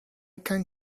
can